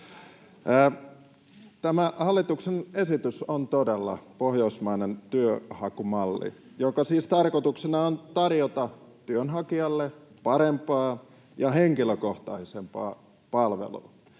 Tämä hallituksen esitys on todella pohjoismainen työnhakumalli, jonka tarkoituksena on siis tarjota työnhakijalle parempaa ja henkilökohtaisempaa palvelua.